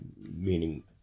meaning